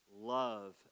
love